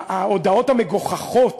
ההודעות המגוחכות